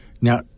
Now